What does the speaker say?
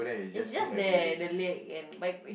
it's just there the lake and like